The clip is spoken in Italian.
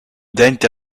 denti